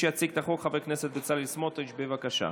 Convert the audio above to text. יציג את החוק חבר הכנסת בצלאל סמוטריץ', בבקשה.